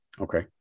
Okay